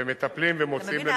ומטפלים ומוציאים למכרזים.